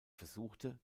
versuchte